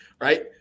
right